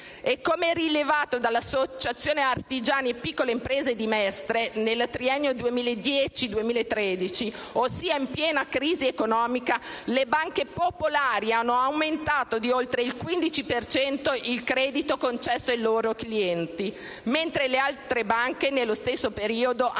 Come rilevato dall'Associazione artigiani e piccole imprese di Mestre, nel triennio 2010-2013, ossia in piena crisi economica, le banche popolari hanno aumentato di oltre il 15 per cento il credito concesso ai loro clienti, mentre le altre banche, nello stesso periodo, hanno diminuito